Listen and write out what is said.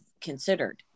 considered